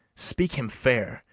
speak him fair,